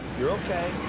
you're okay,